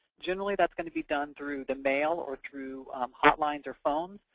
generally that's going to be done through the mail, or through hotlines or phone